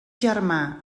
germà